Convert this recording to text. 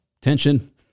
Tension